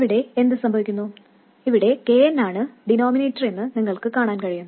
ഇവിടെ എന്ത് സംഭവിക്കുന്നു ഇവിടെ kn ആണ് ഡിനോമിനേറ്ററെന്ന് നിങ്ങൾക്ക് കാണാൻ കഴിയും